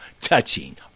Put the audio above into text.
touching